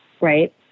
Right